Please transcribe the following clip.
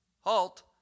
halt